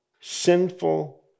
sinful